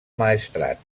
maestrat